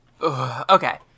Okay